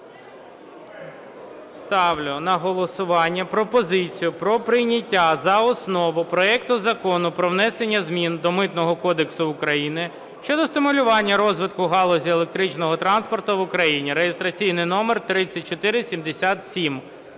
Ставлю на голосування пропозицію про прийняття за основу проекту Закону про внесення змін до Митного кодексу України щодо стимулювання розвитку галузі електричного транспорту в Україні (реєстраційний номер 3477).